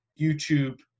YouTube